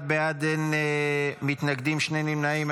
21 בעד, אין מתנגדים, שני נמנעים.